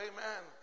Amen